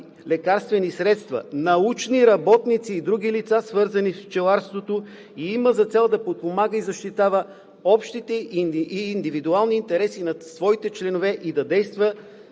лекарствени средства, научни работници и други лица, свързани с пчеларството, и има за цел да подпомага и защитава общите и индивидуалните интереси на своите членове и да съдейства